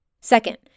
Second